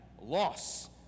loss